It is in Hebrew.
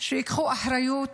שייקחו אחריות